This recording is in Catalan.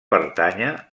pertànyer